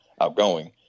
outgoing